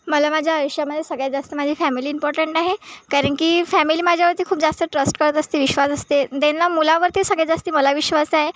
मला माझ्या आयुष्यामध्ये सगळ्यात जास्त माझी फॅमिली इम्पॉर्टंट आहे कारण की फॅमिली माझ्यावरती खूप जास्त ट्रस करत असते विश्वास असते त्यांना मुलावरती सगळ्यात जास्ती मला विश्वास आहे